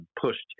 pushed